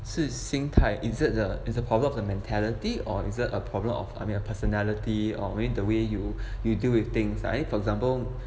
是心态 is it a is the problem of the mentality or isn't a problem of I mean a personality or the way you you deal with things like for example